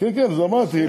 דבר עברית נכונה.